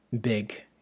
big